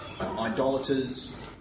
idolaters